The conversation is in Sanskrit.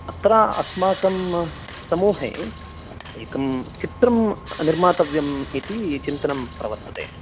अत्र अस्माकं समूहे एकं चित्रं निर्मातव्यम् इति चिन्तनं प्रवर्तते